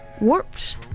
Warped